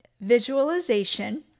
visualization